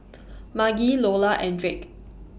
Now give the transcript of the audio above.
Margy Lola and Drake